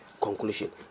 conclusion